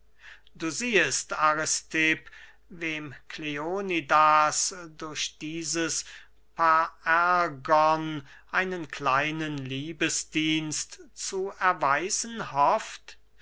du siehest aristipp wem kleonidas durch dieses parergon einen kleinen liebesdienst zu erweisen hofft